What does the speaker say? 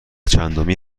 چندمی